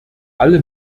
alle